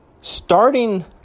Starting